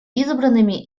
избранными